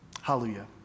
Hallelujah